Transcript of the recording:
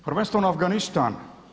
Prvenstveno Afganistan.